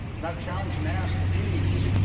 and i've challenged and asked the deans.